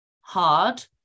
hard